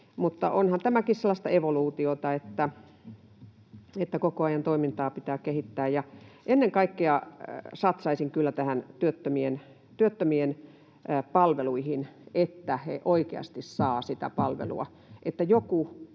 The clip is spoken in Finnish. Mutta onhan tämäkin sellaista evoluutiota, että koko ajan toimintaa pitää kehittää. Ennen kaikkea satsaisin kyllä näihin työttömien palveluihin, että he oikeasti saavat sitä palvelua,